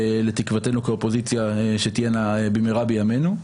תקוותנו כאופוזיציה שתהיינה במהרה בימינו.